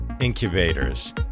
incubators